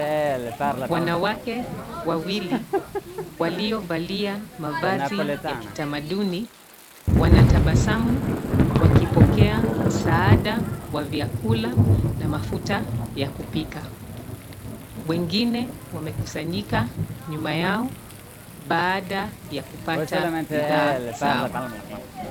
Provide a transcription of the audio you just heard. Wanawake wawili, waliovalia mavazi ya kitamaduni wanatabasamu, wakipokea msaada wa vyakula, na mafuta ya kupika. Wengine wamekusanyika nyuma yao, baada ya kupata bidhaa zao.